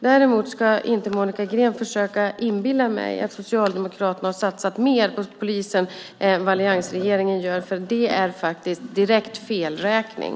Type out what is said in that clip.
Däremot ska Monica Green inte försöka inbilla mig att Socialdemokraterna har satsat mer på polisen än vad alliansregeringen gör, för det är faktiskt direkt felräkning.